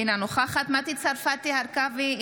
אינה נוכחת מטי צרפתי הרכבי,